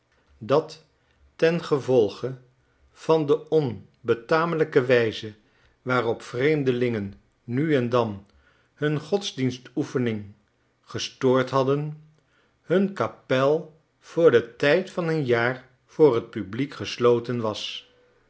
dat ten gevolge van de onbetamelijke wijze waarop vreemdelingen nu en dan hun godsdienstoefening gestoord hadden nun kapel voor den tijd van een jaar voor t publiek gesloten was